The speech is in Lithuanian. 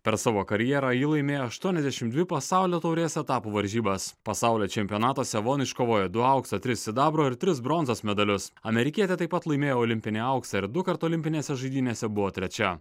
per savo karjerą ji laimėjo aštuoniasdešimt dvi pasaulio taurės etapų varžybas pasaulio čempionatuose von iškovojo du aukso tris sidabro ir tris bronzos medalius amerikietė taip pat laimėjo olimpinį auksą ir dukart olimpinėse žaidynėse buvo trečia